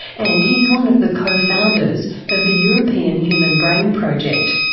and he's one of the co-founders of the european human brain project,